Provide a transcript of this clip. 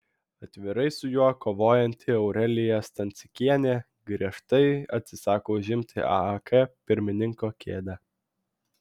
atvirai su juo kovojanti aurelija stancikienė griežtai atsisako užimti aak pirmininko kėdę